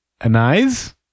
anise